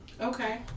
Okay